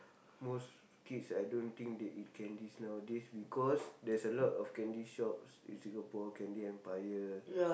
most kids I don't think that they eat candies nowadays because there's a lot of candy shops in Singapore Candy-Empire